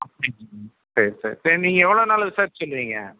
அப்படிங்களா சரி சார் சரி நீங்கள் எவ்வளோ நாளில் விசாரிச்சு சொல்லுவீங்க